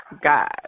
God